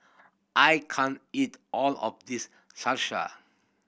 I can't eat all of this Salsa